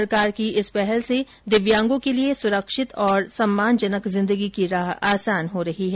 सरकार की इस पहल से दिव्यांगों के लिए सुरक्षित और सम्मानजनक जिंदगी की राह आसान हो रही है